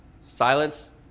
silence